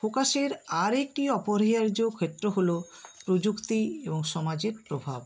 ফোকাসের আর একটি অপরিহার্য ক্ষেত্র হলো প্রযুক্তি এবং সমাজের প্রভাব